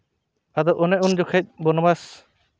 ᱟᱫᱚ ᱚᱱᱮ ᱩᱱ ᱡᱚᱠᱷᱚᱱ ᱵᱚᱱᱚᱵᱟᱥ